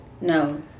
No